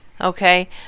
Okay